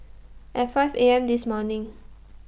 At five A M This morning